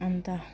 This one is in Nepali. अन्त